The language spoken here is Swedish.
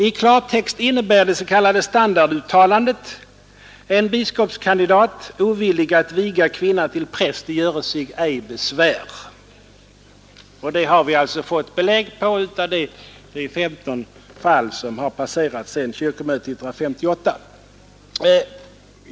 I klartext innebär det s.k. standarduttalandet: En biskopskandidat, ovillig att viga kvinna till präst, göre sig ej besvär. Det har vi också fått belägg för av de 15 fall som förekommit sedan kyrkomötet 1958.